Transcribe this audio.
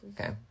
Okay